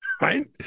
Right